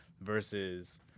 versus